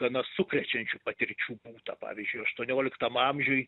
gana sukrečiančių patirčių būta pavyzdžiui aštuonioliktam amžiuj